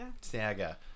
Saga